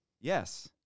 Yes